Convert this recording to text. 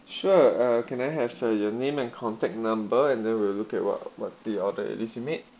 sure uh can I have uh your name and contact number and then we'll look at what what the order it is you made